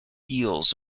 eels